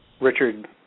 Richard